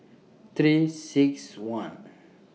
thirty six one